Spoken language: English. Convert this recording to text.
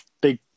big